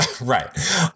Right